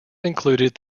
included